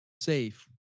safe